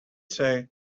say